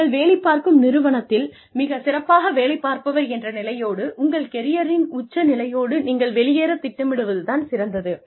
நீங்கள் வேலைப் பார்க்கும் நிறுவனத்தில் மிகச்சிறப்பாக வேலைப் பார்ப்பவர் என்ற நிலையோடு உங்கள் கெரியரின் உச்ச நிலையோடு நீங்கள் வெளியேறத் திட்டமிடுவது தான் சிறந்தது